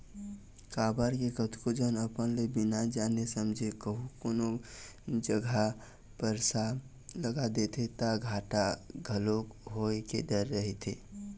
काबर के कतको झन अपन ले बिना जाने समझे कहूँ कोनो जघा पइसा लगा देथे ता घाटा घलोक होय के डर रहिथे